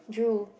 drool